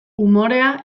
umorea